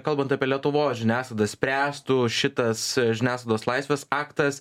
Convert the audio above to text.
kalbant apie lietuvos žiniasklaidą spręstų šitas žiniasklaidos laisvės aktas